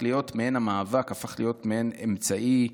המאבק הפך להיות מעין אמצעי,